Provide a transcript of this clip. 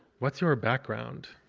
what's your background